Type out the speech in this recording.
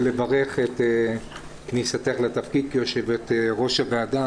אני רוצה לברך את כניסתך לתפקיד כיושבת-ראש הוועדה.